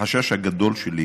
החשש הגדול שלי